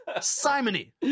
simony